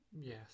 Yes